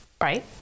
right